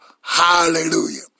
Hallelujah